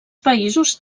països